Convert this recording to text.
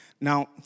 Now